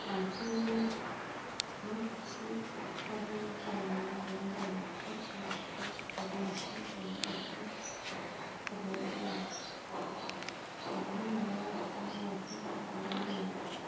लांफैयोबो न' खाथिफ्रावबो राननानै होनाय जायो जाथि जाथिफ्राबो लांफैला बायो ओंखायनो हरनाय जायो माब्लाबा माब्लाबा लांफैनायाव बिदिनो हरनाय जायो